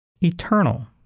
eternal